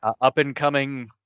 up-and-coming